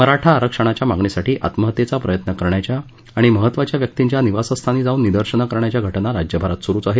मराठा आरक्षणाच्या मागणीसाठी आत्महत्येचा प्रयत्न करण्याच्या आणि महत्वाच्या व्यक्तींच्या निवासस्थानी जाऊन निदर्शनं करण्याच्या घटना राज्यभरात सुरूच आहेत